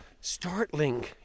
Startling